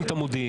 התערב.